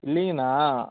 இல்லைங்கண்ணா